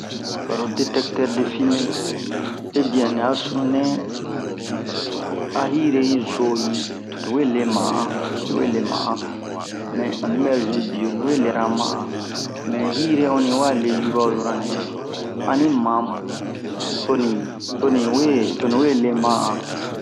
Baro detɛktɛr-de-fime ebiɛn ni a sununɛ a yire yi zo yi to ni we le mahan ni we le mahan mɛ onni bɛ zun bie ni we lera mahan mɛ yire yi wa le yoro wo yoro nɛ ani ma mu toni toni we toni we le mahan